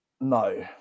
No